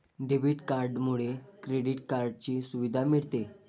debit कार्डमुळे credit कार्डची सुविधा मिळते